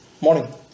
Morning